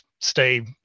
stay